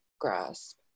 grasp